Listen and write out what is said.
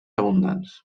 abundants